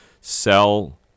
sell